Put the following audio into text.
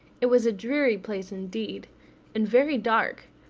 it was a dreary place indeed and very dark,